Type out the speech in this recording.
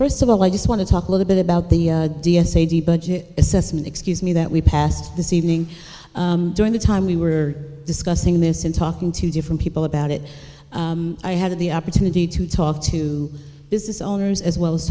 first of all i just want to talk a little bit about the d s a d budget assessment excuse me that we passed this evening during the time we were discussing this in talking to different people about it i had the opportunity to talk to business owners as well as